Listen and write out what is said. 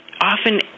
often